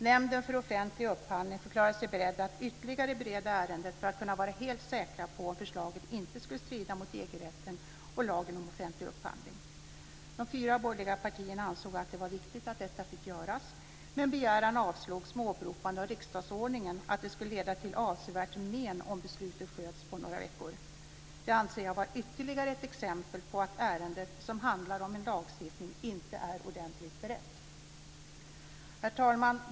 Nämnden för offentlig upphandling förklarade sig beredd att ytterligare bereda ärendet för att kunna vara helt säker på att förslaget inte skulle strida mot EG-rätten och lagen om offentlig upphandling. De fyra borgerliga partierna ansåg att det var viktigt att detta fick göras. Men begäran avslogs med åberopande av riksdagsordningen och att det skulle leda till avsevärt men om beslutets sköts på några veckor. Det anser jag vara ytterligare ett exempel på att ärendet, som handlar om en lagstiftning, inte är ordentligt berett. Herr talman!